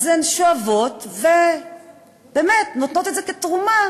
אז הן שואבות ובאמת נותנות את זה כתרומה